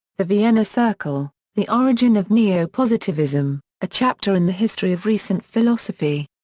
the vienna circle the origin of neo-positivism, a chapter in the history of recent philosophy.